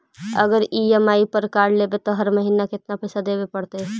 अगर ई.एम.आई पर कार लेबै त हर महिना केतना पैसा देबे पड़तै?